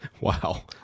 Wow